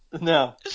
No